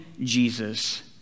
Jesus